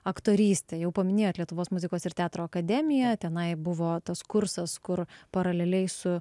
aktorystę jau paminėjot lietuvos muzikos ir teatro akademiją tenai buvo tas kursas kur paraleliai su